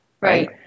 right